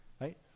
right